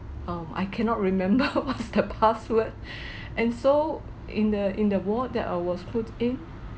um I cannot remember what's the password and so in the in the ward that I was put in